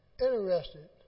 interested